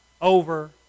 over